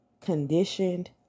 conditioned